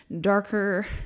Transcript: darker